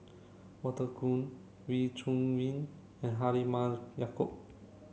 Walter Woon Wee Chong Jin and Halimah Yacob